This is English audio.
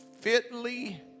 fitly